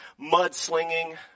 mudslinging